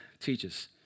teaches